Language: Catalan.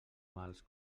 mals